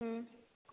ಹ್ಞೂ